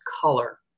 color